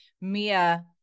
Mia